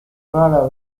rara